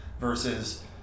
versus